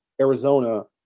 Arizona